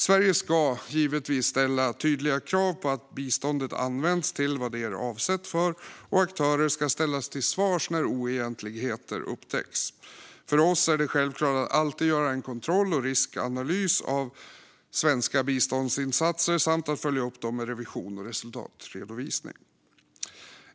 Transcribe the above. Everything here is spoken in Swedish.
Sverige ska givetvis ställa tydliga krav på att biståndet används till vad det är avsett för, och aktörer ska ställas till svars när oegentligheter upptäcks. För oss är det självklart att alltid göra kontroll och riskanalys av svenska biståndsinsatser samt att följa upp dem med revision och resultatredovisning.